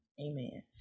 amen